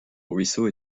ruisseau